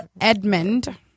Edmund